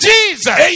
Jesus